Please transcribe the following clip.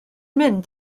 mynd